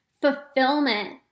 fulfillment